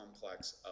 complex